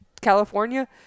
California